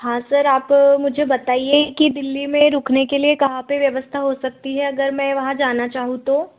हाँ सर आप मुझे बताइए कि दिल्ली में रुकने के लिए कहाँ पर व्यवस्था हो सकती है अगर मैं वहाँ जाना चाहूँ तो